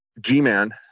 G-Man –